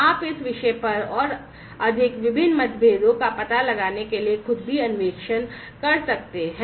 आप इस विषय पर और अधिक विभिन्न मतभेदों का पता लगाने के लिए खुद भी अन्वेषण कर सकते हैं